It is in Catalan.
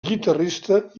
guitarrista